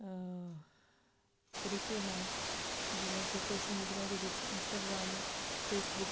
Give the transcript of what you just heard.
ਤਰੀਕੇ ਹਨ ਜਿਵੇਂ ਕਿ ਸੋਸ਼ਲ ਮੀਡੀਆ ਦੇ ਵਿੱਚ ਇੰਸਟਾਗ੍ਰਾਮ ਫੇਸਬੁੱਕ